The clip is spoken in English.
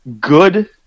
good